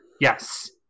yes